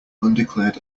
undeclared